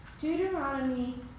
Deuteronomy